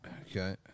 Okay